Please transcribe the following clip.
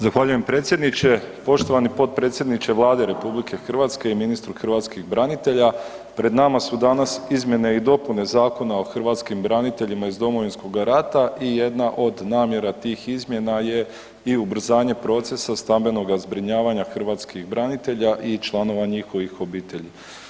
Zahvaljujem predsjedniče, poštovani potpredsjedniče Vlade RH i ministru hrvatskih branitelja, pred nama su danas izmjene i dopune Zakona o hrvatskim braniteljima iz Domovinskoga rata i jedna od namjera tih izmjena je i ubrzanje procesa stambenoga zbrinjavanja hrvatskih branitelja i članova njihovih obitelji.